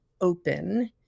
open